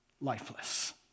lifeless